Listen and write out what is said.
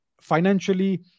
financially